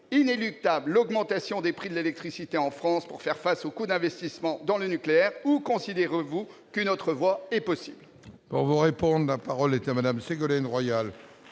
inéluctable l'augmentation des prix de l'électricité en France pour faire face aux coûts d'investissement dans le nucléaire ou pensez-vous qu'une autre voie est possible ?